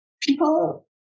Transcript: people